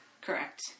Correct